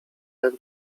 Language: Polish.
jak